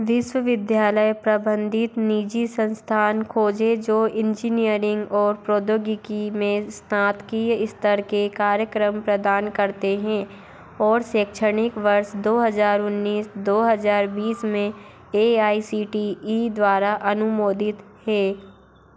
विश्वविद्यालय प्रबंधित निजी संस्थान खोजो जो इंजीनियरिंग और प्रौद्योगिकी में स्टार्ट किए स्तर के कार्यक्रम प्रदान करते हैं और शैक्षणिक वर्ष दो हजार उन्नीस दो हजार बीस में A I C T E द्वारा अनुमोदित है